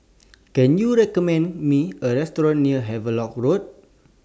Can YOU recommend Me A Restaurant near Havelock Road